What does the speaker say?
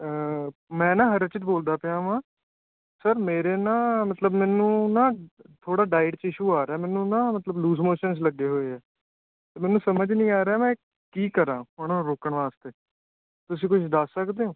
ਮੈਂ ਨਾ ਹਰਚਿਤ ਬੋਲਦਾ ਪਿਆ ਵਾਂ ਸਰ ਮੇਰੇ ਨਾ ਮਤਲਬ ਮੈਨੂੰ ਨਾ ਥੋੜ੍ਹਾ ਡਾਇਟ 'ਚ ਇਸ਼ੂ ਆ ਰਿਹਾ ਮੈਨੂੰ ਨਾ ਮਤਲਬ ਲੂਸ ਮੋਸ਼ਨਸ ਲੱਗੇ ਹੋਏ ਆ ਮੈਨੂੰ ਸਮਝ ਨਹੀਂ ਆ ਰਿਹਾ ਮੈਂ ਕੀ ਕਰਾਂ ਉਹਨਾਂ ਨੂੰ ਰੋਕਣ ਵਾਸਤੇ ਤੁਸੀਂ ਕੁਝ ਦੱਸ ਸਕਦੇ ਹੋ